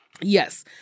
Yes